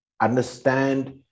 understand